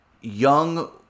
young